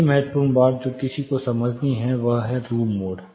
अगली महत्वपूर्ण बात जो किसी को समझनी है वह है रूम मोड